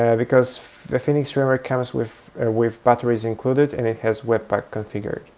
yeah because the phoenix framework comes with with batteries included and it has webpack configured.